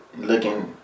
looking